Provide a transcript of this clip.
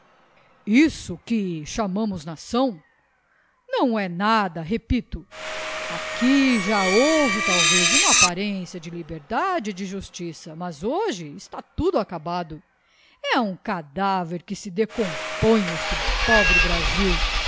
isso que chamamos nação não é nada repito aqui já houve talvez uma apparencia de liberdade e de justiça mas hoje está tudo acabado e um cadáver que se decompõe este pobre brasil